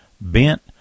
bent